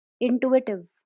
intuitive